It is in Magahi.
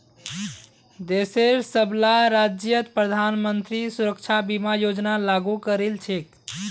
देशेर सबला राज्यत प्रधानमंत्री सुरक्षा बीमा योजना लागू करील छेक